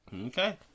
Okay